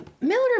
miller